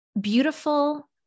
beautiful